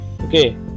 Okay